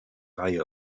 reihe